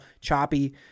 choppy